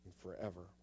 forever